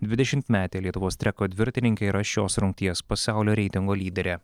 dvidešimtmetė lietuvos treko dviratininkė yra šios rungties pasaulio reitingo lyderė